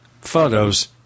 photos